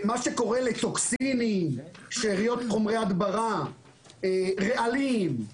מה שקורה לטוקסינים, שאריות חומרי הדברה, רעלים,